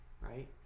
right